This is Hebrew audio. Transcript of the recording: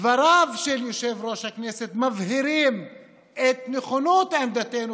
דבריו של יושב-ראש הכנסת מבהירים את נכונות עמדתנו,